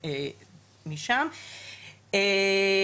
זהו,